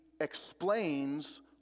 explains